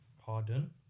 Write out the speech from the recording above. Pardon